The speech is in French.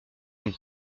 une